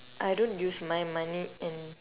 I don't use my money and